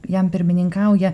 jam pirmininkauja